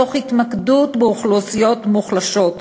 תוך התמקדות באוכלוסיות מוחלשות.